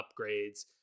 upgrades